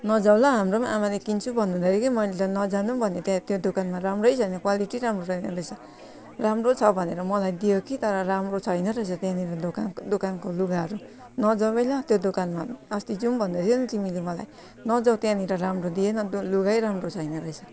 नजाउ ल हाम्रो पनि आमाले किन्छु भन्नु हुँदैथ्यो कि मैले त नजानु भनेँ त्यहाँ त्यो दोकानमा राम्रै छैन क्वालिटी राम्रो छैन रहेछ राम्रो छ भनेर मलाई दियो कि तर राम्रो छैन रहेछ त्यहाँनिर दोकानको दोकानको लुगाहरू नजाउ है ल त्यो दोकानमा अस्ति जाउँ भन्दैथियौ नि तिमीले मलाई नजाउ त्यहाँनिर राम्रो दिएन लुगै राम्रो छैन रहेछ